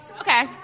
Okay